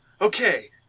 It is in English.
okay